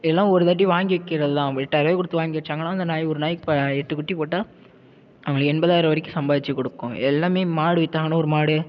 எல்லாம் ஒரு தாட்டி வாங்கி வைக்கிறது தான் எட்டாயரூவா கொடுத்து வாங்கி வச்சாங்கன்னா அந்த நாய் ஒரு நாய் இப்போ எட்டு குட்டி போட்டால் அவங்களுக்கு எண்பதாயிரம் வரைக்கும் சம்பாரிச்சு கொடுக்கும் எல்லாமே மாடு விற்றாங்கன்னா ஒரு மாடு